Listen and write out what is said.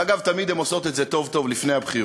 ואגב, תמיד הן עושות את זה טוב-טוב לפני הבחירות,